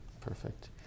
Perfect